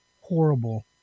horrible